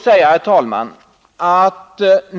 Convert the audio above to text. Herr talman!